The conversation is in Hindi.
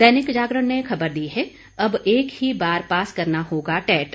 दैनिक जागरण ने खबर दी है अब एक ही बार पास करना होगा टेट